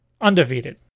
undefeated